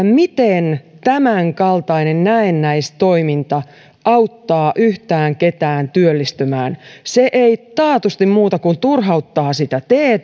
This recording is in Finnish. miten tämänkaltainen näennäistoiminta auttaa yhtään ketään työllistymään se ei taatusti muuta kuin turhauta sitä te